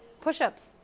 Push-ups